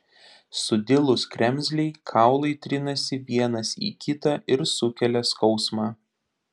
sudilus kremzlei kaulai trinasi vienas į kitą ir sukelia skausmą